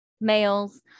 males